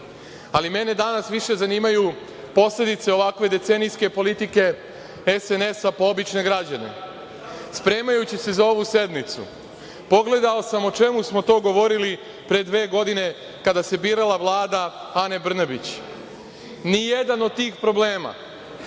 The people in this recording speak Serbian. tako. Mene danas više zanimaju posledice ovakve decenijske politike SNS-a po obične građane. Spremajući se za ovu sednicu pogledao sam o čemu smo to govorili pre dve godine, kada se birala Vlada Ane Brnabić. Nijedan od tih problema